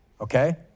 okay